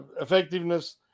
effectiveness